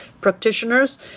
practitioners